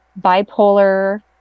bipolar